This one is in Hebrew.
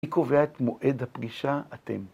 מי קובע מועד הפגישה? אתם!